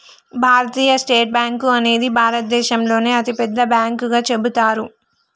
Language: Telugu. భారతీయ స్టేట్ బ్యేంకు అనేది భారతదేశంలోనే అతిపెద్ద బ్యాంకుగా చెబుతారు